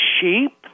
sheep